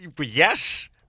Yes